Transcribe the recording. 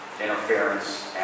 interference